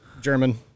German